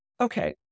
Okay